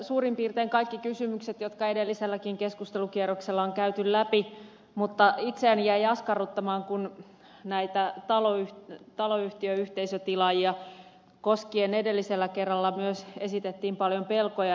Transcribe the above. suurin piirtein selvenivät kaikki kysymykset jotka edelliselläkin keskustelukierroksella on käyty läpi mutta itseäni jäi askarruttamaan kun näistä taloyhtiön yhteisötilaajista edellisellä kerralla myös esitettiin paljon pelkoja